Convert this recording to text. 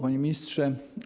Panie Ministrze!